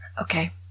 Okay